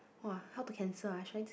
!wah! how to cancel ah should I just